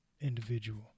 individual